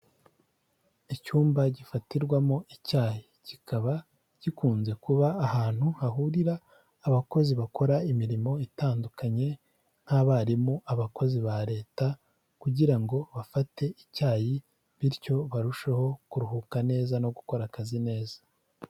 Icyumba gifatirwamo icyayi kikaba gikunze kuba ahantu hahurira abakozi bakora imirimo itandukanye nk'abarimu, abakozi ba Leta, kugira ngo bafate icyayi bityo barusheho kuruhuka neza no gukora akazi neza.